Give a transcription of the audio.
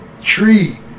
tree